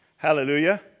Hallelujah